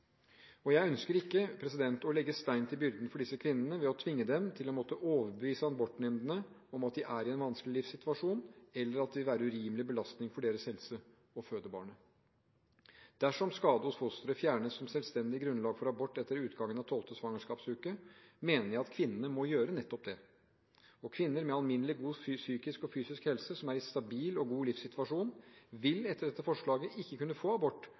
tilfellene. Jeg ønsker ikke å legge stein til byrden for disse kvinnene ved å tvinge dem til å måtte overbevise abortnemndene om at de er i en vanskelig livssituasjon, eller at det vil være en urimelig belastning for deres helse å føde barnet. Dersom skade hos fosteret fjernes som selvstendig grunnlag for abort etter utgangen av 12. svangerskapsuke, mener jeg at kvinnene må gjøre nettopp det. Kvinner med alminnelig god psykisk og fysisk helse, som er i en stabil og god livssituasjon, vil etter dette forslaget ikke kunne få abort